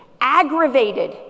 aggravated